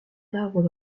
d’arbres